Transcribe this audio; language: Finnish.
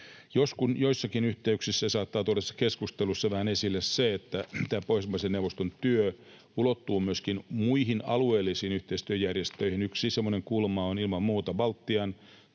näin. Joissakin yhteyksissä saattaa tulla keskusteluissa vähän esille se, että tämä Pohjoismaiden neuvoston työ ulottuu myöskin muihin alueellisiin yhteistyöjärjestöihin. Yksi semmoinen kulma on ilman muuta Baltic